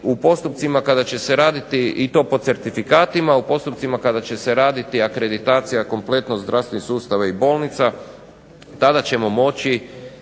U postupcima kada će se raditi, i to po certifikatima, u postupcima kada će se raditi akreditacija kompletno zdravstvenih sustava i bolnica, tada ćemo moći